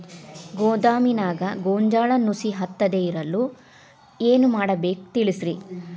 ಗೋದಾಮಿನ್ಯಾಗ ಗೋಂಜಾಳ ನುಸಿ ಹತ್ತದೇ ಇರಲು ಏನು ಮಾಡಬೇಕು ತಿಳಸ್ರಿ